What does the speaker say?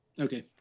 Okay